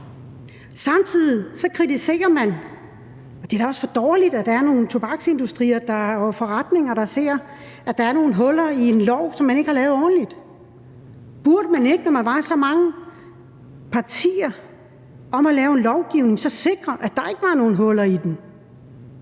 Samtidig kritiserer man og siger, at det også er for dårligt, at der er en tobaksindustri og nogle forretninger, der ser, at der er nogle huller i en lov, som man ikke har lavet ordentligt. Burde man ikke, når man var så mange partier om at lave en lovgivning, så sikre, at der ikke var nogen huller i den?